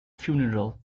funeral